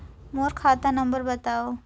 मोर खाता नम्बर बताव?